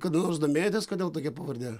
kada nors domėjotės kodėl tokia pavardė